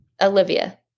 Olivia